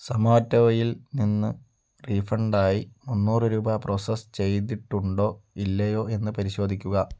സൊമാറ്റോയിൽ നിന്നും റീഫണ്ടായി മുന്നൂറ് രൂപ പ്രോസസ്സ് ചെയ്തിട്ടുണ്ടോ ഇല്ലയോ എന്ന് പരിശോധിക്കുക